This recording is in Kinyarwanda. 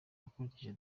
akurikiye